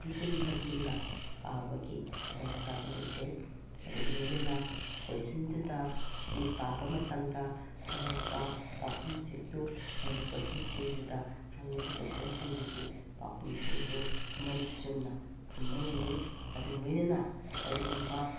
ꯍꯟꯖꯤꯟ ꯍꯟꯖꯤꯟꯅ ꯄꯥꯕꯒꯤ ꯈꯨꯗꯣꯡꯆꯥꯕ ꯂꯩꯖꯩ ꯑꯗꯨꯕꯨ ꯂꯣꯏꯅꯅ ꯀꯣꯏꯁꯟꯗꯨꯗ ꯆꯦ ꯄꯥꯕ ꯃꯇꯝꯗ ꯐꯪꯉꯛꯄ ꯄꯥꯎꯈꯨꯝꯁꯤꯡꯗꯨ ꯑꯩꯅ ꯀꯣꯏꯁꯟꯁꯤꯡꯗꯨꯗ ꯍꯪꯏꯕ ꯀꯣꯏꯁꯟꯁꯤꯡꯗꯨꯒꯤ ꯄꯥꯎꯈꯨꯝꯁꯤꯡꯗꯨ ꯃꯔꯤꯛ ꯆꯨꯝꯅ ꯈꯨꯝꯕ ꯉꯝꯃꯤ ꯑꯗꯨꯒ ꯂꯣꯏꯅꯅ ꯀꯔꯤꯒꯨꯝꯕ